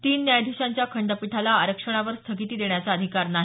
तीन न्यायाधीशांच्या खंडपीठाला आरक्षणावर स्थगिती देण्याचा अधिकार नाही